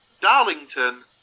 Darlington